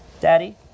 Daddy